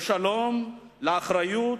לשלום, לאחריות,